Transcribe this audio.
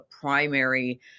primary